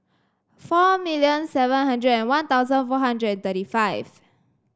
four million seven hundred and One Thousand four hundred and thirty five